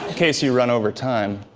case you run over time.